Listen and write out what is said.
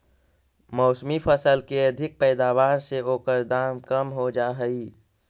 मौसमी फसल के अधिक पैदावार से ओकर दाम कम हो जाऽ हइ